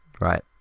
right